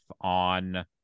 on